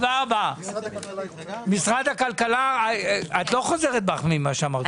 משרד הכלכלה, את לא חוזרת בך ממה שאמרת קודם?